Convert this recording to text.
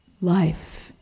Life